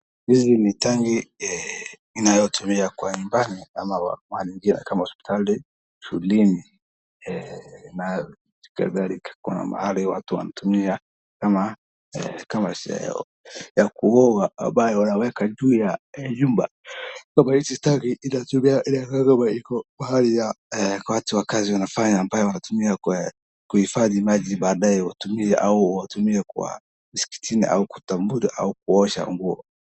Hii ni tangi inayotumika nyumbani ama mahali pengine kama hospitali, shuleni na kadhalika kuwa mahali watu wanatumia kama ya kuoga ambayo wanaweka juu ya nyumba. Kama hizi tangi inatumia inakaa kama iko pahali ya watu wa kazi wanafanya ambayo wanatumia kuhifadhi maji baadae watumie au watumie kwa msikitini au kutambudha au kuosha nguo.